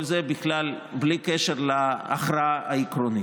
כל זה בכלל בלי קשר להכרעה העקרונית.